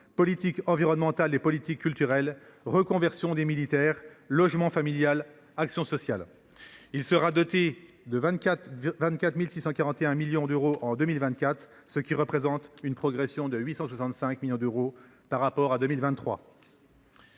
politique environnementale et politique culturelle, reconversion des militaires, logement familial, action sociale. Il sera doté de 24,641 milliards d’euros en 2024, ce qui représente une progression de 865 millions d’euros par rapport à 2023.